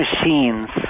machines